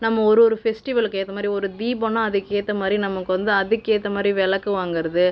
நம்ப ஒரு ஒரு ஃபெஸ்ட்டிவல்க்கு ஏத்த மாதிரி ஒரு தீபோன்னா அதுக்கேற்ற மாதிரி நமக்கு வந்து அதுக்கேற்ற மாதிரி விளக்கு வாங்கிறது